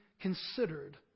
considered